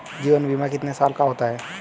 जीवन बीमा कितने साल का होता है?